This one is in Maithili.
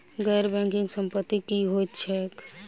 गैर बैंकिंग संपति की होइत छैक?